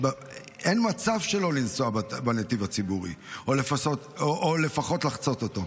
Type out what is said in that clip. שאין מצב שלא לנסוע בנתיב הציבורי או לפחות לחצות אותו.